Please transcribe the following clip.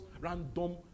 random